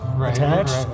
attached